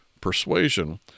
persuasion